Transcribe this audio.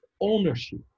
ownership